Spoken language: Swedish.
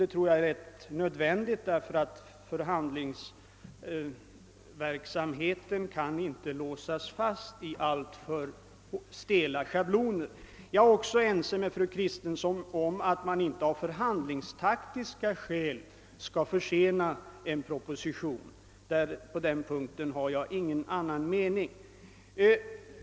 Det tror jag är rätt nödvändigt, eftersom förhandlingsverksamheten inte kan låsas fast efter alltför stela schabloner. Jag är också ense med fru Kristensson om att man inte av förhandlingstaktiska skäl skall försena en proposition. På den punkten har jag ingen annan mening.